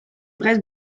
brest